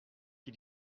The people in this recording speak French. qui